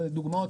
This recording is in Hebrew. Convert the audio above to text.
זה דוגמאות,